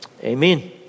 Amen